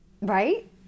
Right